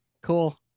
cool